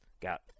Got